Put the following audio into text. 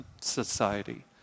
society